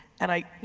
and i,